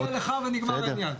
הוא מודיע לך ונגמר העניין.